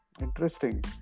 Interesting